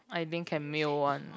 I think can mail one